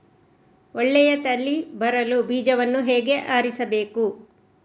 ಒಳ್ಳೆಯ ತಳಿ ಬರಲು ಬೀಜವನ್ನು ಹೇಗೆ ಆರಿಸಬೇಕು?